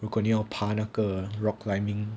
如果你要爬那个 rock climbing